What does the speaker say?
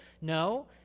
no